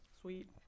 sweet